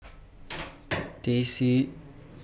Teh C